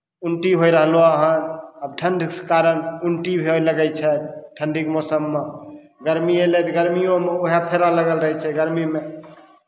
उलटी होय रहलहु हन आब ठण्ढके कारण उलटी होय लगै छै ठण्ढीके मौसममे गरमी अयलै तऽ गर्मियोमे उएह फेरा लागल रहै छै गरमीमे